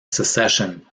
secession